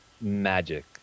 magic